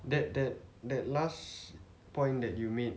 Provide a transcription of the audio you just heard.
that that that last point that you made